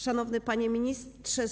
Szanowny Panie Ministrze!